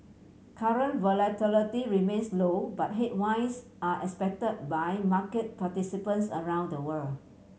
current volatility remains low but headwinds are expect by market participants around the world